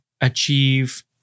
achieve